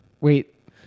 Wait